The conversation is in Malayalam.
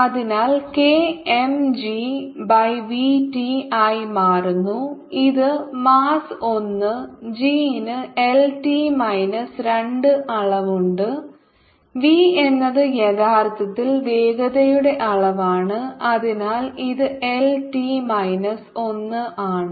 അതിനാൽ k m g by v T ആയി മാറുന്നു ഇത് മാസ്സ് ഒന്ന് g ന് L T മൈനസ് രണ്ട് അളവുണ്ട് v എന്നത് യഥാർത്ഥത്തിൽ വേഗതയുടെ അളവാണ് അതിനാൽ ഇത് എൽ ടി മൈനസ് ഒന്ന് ആണ്